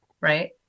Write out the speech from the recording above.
right